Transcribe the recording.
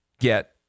get